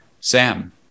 Sam